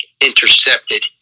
intercepted